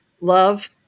love